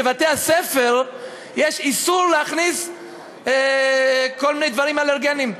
בבתי-הספר יש איסור להכניס כל מיני דברים אלרגניים.